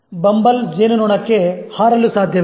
bumble ಜೇನುನೊಣಕ್ಕೆ ಹಾರಲು ಸಾಧ್ಯವಿಲ್ಲ